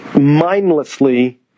mindlessly